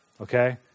okay